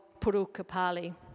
Purukapali